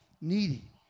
Needy